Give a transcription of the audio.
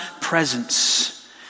presence